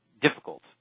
difficult